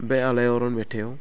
बे आलायअरन मेथाइयाव